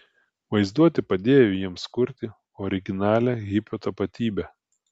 vaizduotė padėjo jiems kurti originalią hipio tapatybę